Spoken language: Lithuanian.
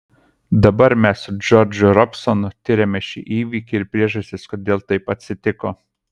dabar mes su džordžu robsonu tiriame šį įvykį ir priežastis kodėl taip atsitiko